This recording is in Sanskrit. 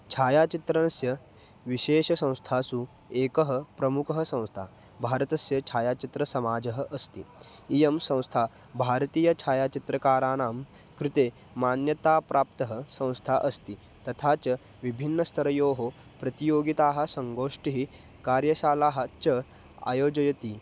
छायाचित्रस्य विशेष संस्थासु एका प्रमुखा संस्था भारतस्य छायाचित्रसमाजः अस्ति इयं संस्था भारतीय छायाचित्रकाराणां कृते मान्यताप्राप्ता संस्था अस्ति तथा च विभिन्नस्तरयोः प्रतियोगिताः सङ्गोष्ठिः कार्यशालाः च आयोजयति